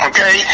Okay